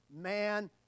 man